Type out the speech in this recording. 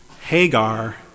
Hagar